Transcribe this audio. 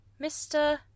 Mr